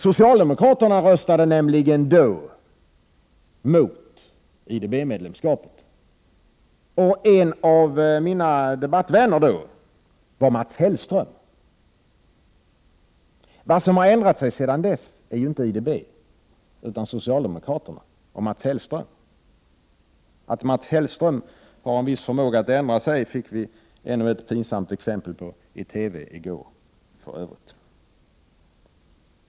Socialdemokraterna röstade nämligen då mot IDB-medlemskap, och en av mina debattvänner då var Mats Hellström. Vad som har ändrat sig sedan dess är ju inte IDB utan socialdemokraterna och Mats Hellström. Att Mats Hellström har en viss förmåga att ändra sig fick vi för övrigt ännu ett pinsamt exempel på i TV i går.